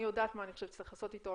אני יודעת מה אני חושבת שצריך לעשות איתו.